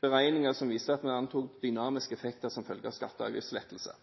beregninger som viser at en antok dynamiske effekter som følge av skatte- og avgiftslettelser.